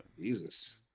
Jesus